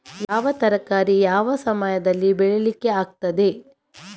ಯಾವ ತರಕಾರಿ ಯಾವ ಸಮಯದಲ್ಲಿ ಬೆಳಿಲಿಕ್ಕೆ ಆಗ್ತದೆ?